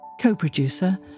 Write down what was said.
Co-producer